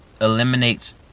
eliminates